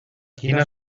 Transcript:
quina